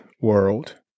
world